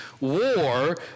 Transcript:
war